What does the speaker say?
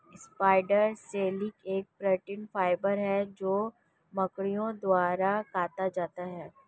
spider silk एक protein fibre है जो मकड़ियों द्वारा काता जाता है